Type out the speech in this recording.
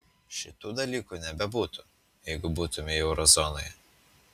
šitų dalykų nebebūtų jeigu būtumei euro zonoje